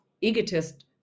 egotist